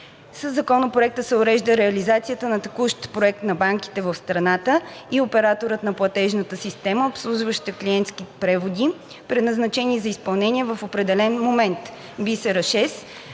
Със Законопроекта се урежда реализацията на текущ проект на банките в страната и оператора на платежната система, обслужваща клиентските преводи, предназначени за изпълнение в определен момент (БИСЕРА6),